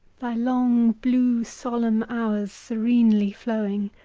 thy long blue solemn hours serenely flowing.